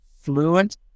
fluent